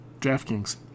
DraftKings